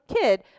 kid